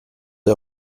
est